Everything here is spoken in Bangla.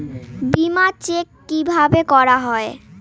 বিমা চেক কিভাবে করা হয়?